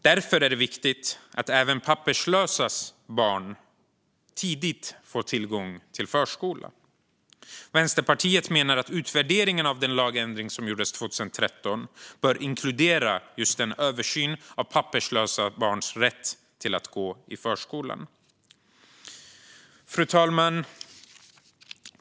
Därför är det viktigt att även papperslösas barn tidigt får tillgång till förskola. Vänsterpartiet menar att utvärderingen av den lagändring som gjordes 2013 bör inkludera just en översyn av papperslösa barns rätt till att gå i förskolan. Fru talman!